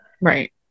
Right